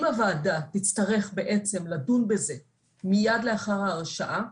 אם הוועדה תצטרך בעצם לדון בזה מיד לאחר ההרשעה,